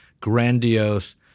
grandiose